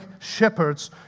shepherds